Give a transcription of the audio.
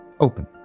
open